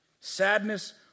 sadness